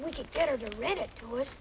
we could get her to read it with